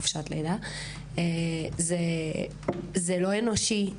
זה לא אנושי,